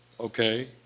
Okay